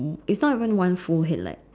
it's not even one forehead like